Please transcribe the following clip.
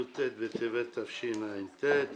י"ט בטבת התשע"ט,